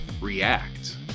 react